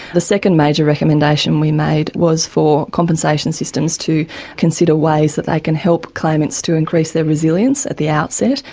the second major recommendation we made was for compensation systems to consider ways that they can help claimants to increase their resilience at the outset.